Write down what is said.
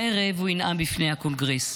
הערב הוא ינאם בפני הקונגרס.